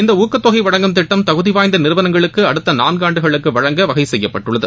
இந்த ஊக்கத்தொகை வழங்கும் திட்டம் தகுதி வாய்ந்த நிறுவனங்களுக்கு அடுத்த நான்கு ஆண்டுகளுக்கு வழங்க வகை செய்யப்பட்டுள்ளது